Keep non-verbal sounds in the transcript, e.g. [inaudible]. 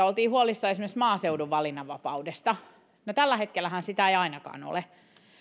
[unintelligible] oltiin huolissaan esimerkiksi maaseudun valinnanvapaudesta no tällä hetkellähän sitä ei ainakaan ole